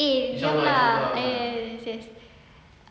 eh diam lah eh yes yes